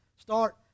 Start